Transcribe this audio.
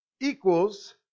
equals